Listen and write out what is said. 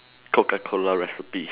coca-cola recipe